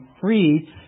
free